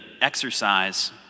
exercise